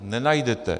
Nenajdete.